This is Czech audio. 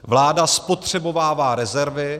Vláda spotřebovává rezervy.